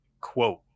quote